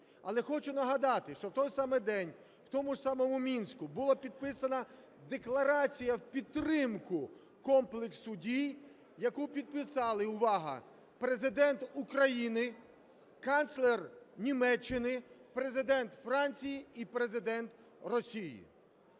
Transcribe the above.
Але хочу нагадати, що в той самий день в тому ж самому Мінську була підписана декларація в підтримку комплексу дій, яку підписали (увага!) Президент України, канцлер Німеччини, Президент Франції і Президент Росії.